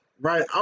right